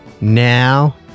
now